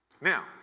Now